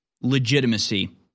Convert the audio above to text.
legitimacy